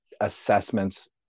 assessments